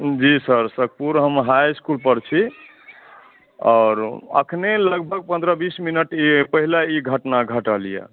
जी sir सतपुरामे हम high इस्कुलपर छी आओर अखने लगभग पन्द्रह बीस मिनट ई पहिले ई घटना घटल यए